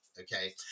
Okay